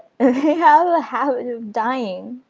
have a habit of dying,